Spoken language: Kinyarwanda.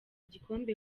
gikombe